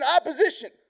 Opposition